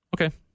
okay